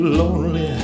lonely